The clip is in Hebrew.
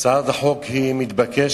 הצעת החוק מתבקשת.